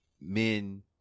men